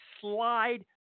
slide